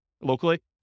locally